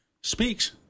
speaks